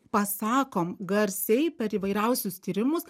pasakom garsiai per įvairiausius tyrimus